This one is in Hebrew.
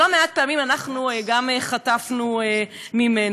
שלא מעט פעמים גם אנחנו חטפנו ממנו.